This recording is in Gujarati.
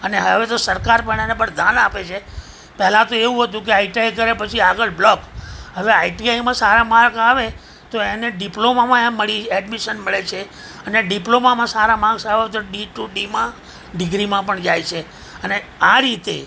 અને હવે તો સરકાર પણ આને પણ ધ્યાન આપે છે પહેલાં તો એવુ હતું કે આઈટીઆઈ કરે પછી આગળ બ્લોક હવે આઈટીઆઈમા સારા માર્ક આવે તો એને ડિપ્લોમામાં એમ મળી એડમિશન મળે છે અને ડિપ્લોમામાં સારા માર્ક્સ આવે તો ડીટૂડીમાં ડિગ્રીમાં પણ જાય છે અને આ રીતે